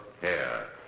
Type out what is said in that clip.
Hair